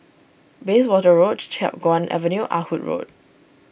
Bayswater Road Chiap Guan Avenue Ah Hood Road